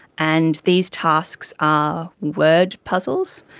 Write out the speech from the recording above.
and these tasks are word puzzles.